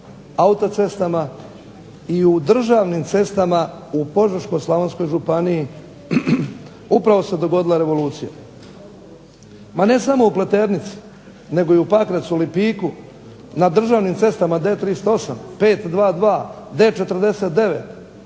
i u državnim cestama u Požeško-slavonskoj županiji upravo se dogodila revolucija. Ma ne samo u Pleternici, nego i u Pakracu, Lipiku, na državnim cestama D38, 522, D49,